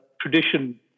tradition